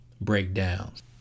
breakdowns